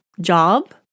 job